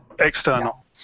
external